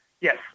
Yes